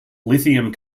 lithium